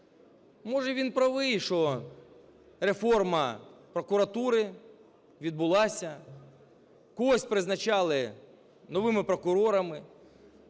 Може, він правий, що реформа прокуратури відбулася. Когось призначали новими прокурорами.